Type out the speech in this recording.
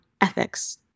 ethics